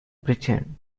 britain